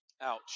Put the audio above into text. ouch